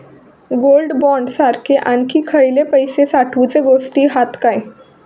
Gold bond सारखे आणखी खयले पैशे साठवूचे गोष्टी हत काय?